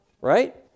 right